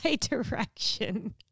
direction